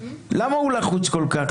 למה הוא לחוץ כל כך?